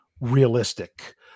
realistic